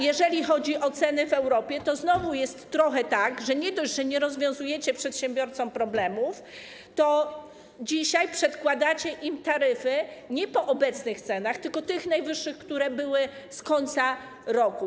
Jeżeli chodzi o ceny w Europie, to znowu jest trochę tak, że nie dość, że nie rozwiązujecie przedsiębiorcom problemów, to dzisiaj przedkładacie im taryfy nie po obecnych cenach, tylko po tych najwyższych, które były z końca roku.